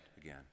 again